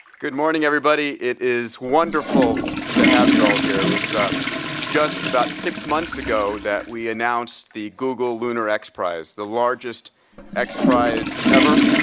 good morning, everybody. it is wonderful to have you all here. it was just about six months ago that we announced the google lunar x prize, the largest x prize ever,